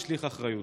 משליך אחריות?